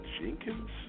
Jenkins